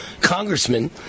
congressman